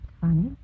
funny